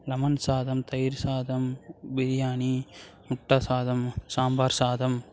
lemon சாதம் தயிர் சாதம் பிரியாணி முட்டை சாதம் சாம்பார் சாதம்